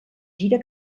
gira